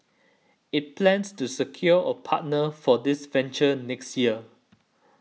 it plans to secure a partner for this venture next year